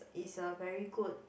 is a very good